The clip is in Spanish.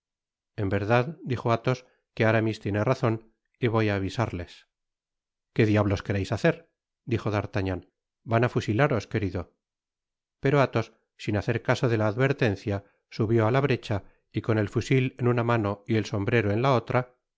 en verdad dijo athos que aramis tiene razon y voy á avisarles qué diablos quereis hacer dijo d'artagnan van a fusilaros querido pero athos sin hacer caso de la advertencia subió á la brecha y con el fusil en una mano y el sombrero en la otra